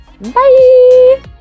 Bye